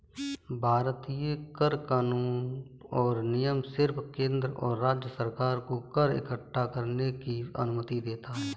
भारतीय कर कानून और नियम सिर्फ केंद्र और राज्य सरकार को कर इक्कठा करने की अनुमति देता है